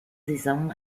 saison